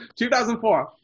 2004